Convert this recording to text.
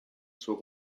suo